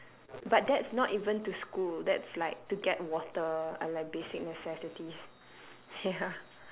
but that's not even to school that's like to get water or like basic necessities ya